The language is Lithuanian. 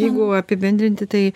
jeigu apibendrinti tai